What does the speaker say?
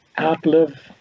outlive